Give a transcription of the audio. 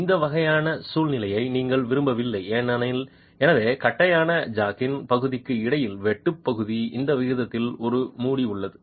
அந்த வகையான சூழ்நிலையை நீங்கள் விரும்பவில்லை எனவே தட்டையான ஜாக்கின் பகுதிக்கு இடையில் வெட்டு பகுதிக்கு இந்த விகிதத்தில் ஒரு மூடி உள்ளது